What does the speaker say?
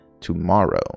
tomorrow